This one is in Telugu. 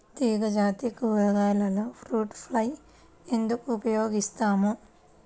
తీగజాతి కూరగాయలలో ఫ్రూట్ ఫ్లై ఎందుకు ఉపయోగిస్తాము?